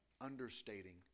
understating